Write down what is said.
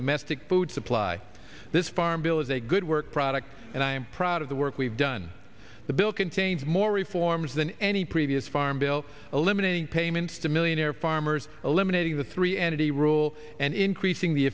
domestic crude supply this farm bill is a good work product and i'm proud of the work we've done the bill contains more reforms than any previous farm bill eliminating payments to millionaire farmers eliminating the three entity rule and increasing the